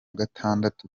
gatandatu